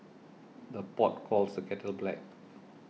the pot calls the kettle black